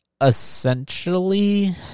essentially